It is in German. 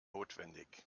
notwendig